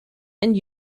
and